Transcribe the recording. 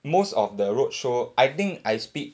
most of the roadshow I think I speak